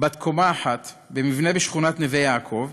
בן קומה אחת בשכונת נווה-יעקב,